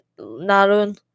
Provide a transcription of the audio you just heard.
narrowing